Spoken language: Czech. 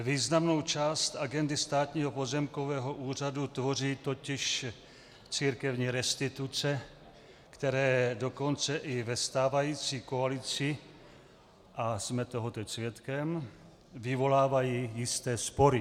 Významnou část agendy Státního pozemkového úřadu tvoří totiž církevní restituce, které dokonce i ve stávající koalici, a jsme toho teď svědkem, vyvolávají jisté spory.